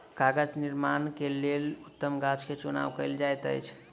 कागज़ निर्माण के लेल उत्तम गाछ के चुनाव कयल जाइत अछि